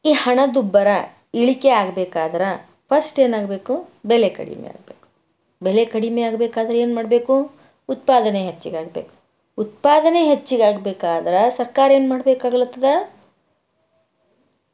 ಈ ಹಣದುಬ್ಬರ ಇಳಿಕೆ ಆಗ್ಬೇಕಾದ್ರೆ ಫಸ್ಟ್ ಏನಾಗ್ಬೇಕು ಬೆಲೆ ಕಡಿಮೆ ಆಗಬೇಕು ಬೆಲೆ ಕಡಿಮೆ ಆಗಬೇಕಾದ್ರೆ ಏನು ಮಾಡಬೇಕು ಉತ್ಪಾದನೆ ಹೆಚ್ಚಿಗೆ ಆಗಬೇಕು ಉತ್ಪಾದನೆ ಹೆಚ್ಚಿಗೆ ಆಗ್ಬೇಕಾದ್ರಾ ಸರ್ಕಾರ ಏನು ಮಾಡಬೇಕಾಗ್ಲತ್ತದ